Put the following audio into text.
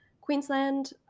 Queensland